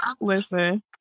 listen